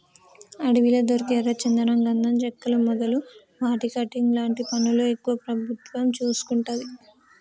అడవిలా దొరికే ఎర్ర చందనం గంధం చెక్కలు మొదలు వాటి కటింగ్ లాంటి పనులు ఎక్కువ ప్రభుత్వం చూసుకుంటది